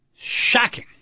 Shocking